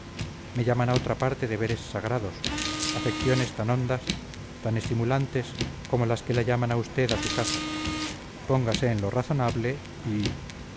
me llaman a otra parte deberes sagrados afecciones tan hondas tan estimulantes como las que la llaman a usted a su casa póngase en lo razonable y